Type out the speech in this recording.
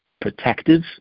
protective